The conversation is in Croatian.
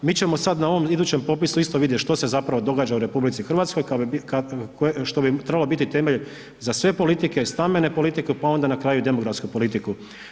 Mi ćemo sada na ovom idućem popisu isto vidjet što će zapravo događa u RH što bi trebalo biti temelj za sve politike i stambenu politiku, pa onda na kraju i demografsku politiku.